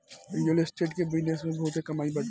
real estate के business में बहुते कमाई बाटे